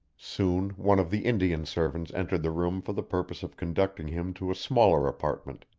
soon one of the indian servants entered the room for the purpose of conducting him to a smaller apartment,